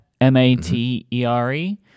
M-A-T-E-R-E